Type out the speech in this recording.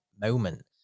moment